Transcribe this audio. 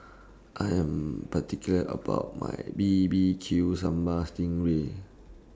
I Am particular about My B B Q Sambal Sting Ray